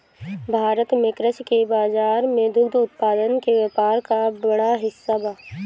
भारत में कृषि के बाजार में दुग्ध उत्पादन के व्यापार क बड़ा हिस्सा बा